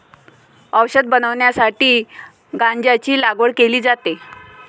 औषध बनवण्यासाठी गांजाची लागवड केली जाते